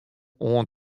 oan